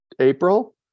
April